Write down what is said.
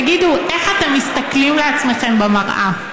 תגידו, איך אתם מסתכלים על עצמכם במראה?